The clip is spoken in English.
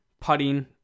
putting